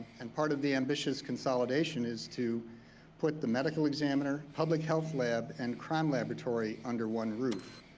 and part of the ambitious consolidation is to put the medical examiner, public health lab, and crime laboratory under one roof.